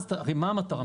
הרי מה המטרה?